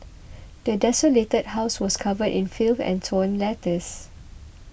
the desolated house was covered in filth and torn letters